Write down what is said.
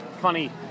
Funny